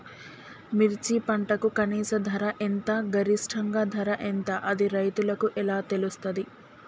మిర్చి పంటకు కనీస ధర ఎంత గరిష్టంగా ధర ఎంత అది రైతులకు ఎలా తెలుస్తది?